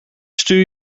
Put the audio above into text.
stuur